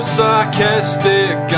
sarcastic